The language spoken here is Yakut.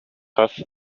хас